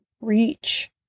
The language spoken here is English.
reach